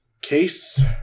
case